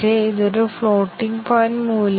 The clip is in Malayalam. a ബ്ലോക്ക് B4 എന്നിവ ഉപയോഗിക്കരുത്